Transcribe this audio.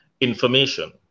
information